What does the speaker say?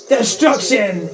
Destruction